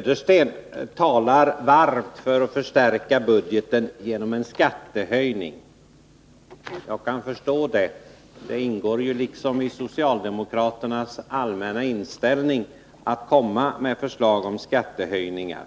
Herr talman! Bo Södersten talar varmt för att man skall förstärka budgeten genom en skattehöjning. Jag kan förstå det — det ingår ju i socialdemokraternas allmänna inställning att komma med förslag om skattehöjningar.